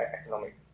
economic